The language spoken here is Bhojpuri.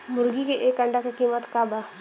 मुर्गी के एक अंडा के कीमत का बा?